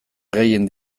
gehien